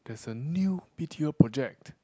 there's a new B_T_O project